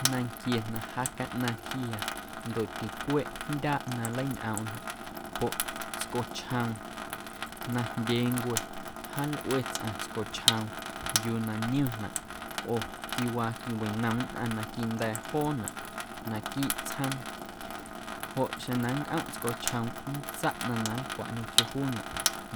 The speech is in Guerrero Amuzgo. Nanquie na ja caꞌnaⁿ ntyjiya ndoꞌ ticweeꞌ jndyaaꞌ na nleiñꞌoomꞌnaꞌ joꞌ tscochjoom najndyeencwe jaalꞌue tsꞌaⁿ tscochjoom yuu na niomnaꞌ oo quiawa quiwinnom nnꞌaⁿ na quinda̱a̱ joonaꞌ naquiiꞌ tsjoom joꞌ xeⁿ na nncꞌomꞌ tscochjoom nntsaꞌ ꞌnaⁿ na nlcwaꞌ ñequio juunaꞌ